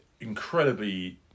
incredibly